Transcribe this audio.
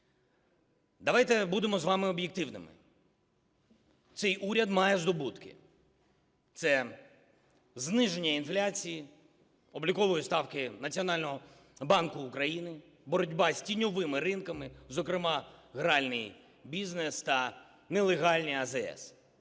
Давайте будемо з вами об'єктивними. Цей уряд має здобутки. Це зниження інфляції, облікової ставки Національного банку України, боротьба з тіньовими ринками, зокрема гральний бізнес та нелегальні АЗС,